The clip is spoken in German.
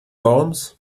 worms